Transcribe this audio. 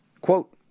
Quote